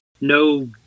no